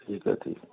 ਠੀਕ ਹੈ ਠੀਕ ਹੈ